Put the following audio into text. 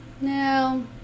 no